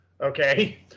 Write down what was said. Okay